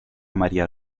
maria